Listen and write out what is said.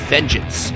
Vengeance